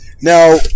Now